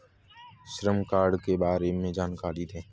श्रम कार्ड के बारे में जानकारी दें?